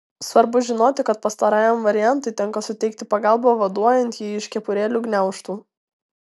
svarbu žinoti kad pastarajam variantui tenka suteikti pagalbą vaduojant jį iš kepurėlių gniaužtų